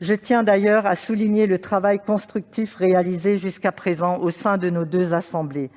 Je tiens d'ailleurs à souligner le travail constructif réalisé jusqu'à présent au sein de nos deux assemblées.